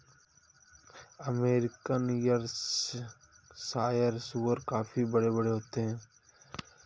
American Yorkshire सूअर काफी बड़े बड़े होते हैं